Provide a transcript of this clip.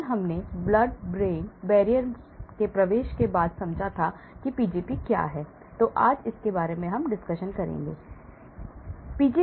कल blood brain barrier के प्रवेश के बाद समझा Pgp क्या है मैं Pgp के बारे में ज्ञानवर्धन करुंगा